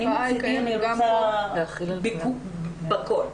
אני מצידי רוצה בכול.